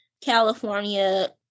California